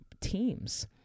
teams